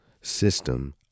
system